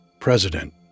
President